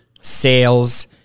sales